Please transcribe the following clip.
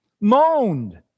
moaned